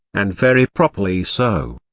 and very properly so.